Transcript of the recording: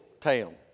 town